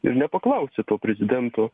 ir nepaklausia to prezidento